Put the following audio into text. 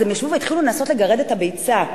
הם ישבו והתחילו לנסות לגרד את הביצה.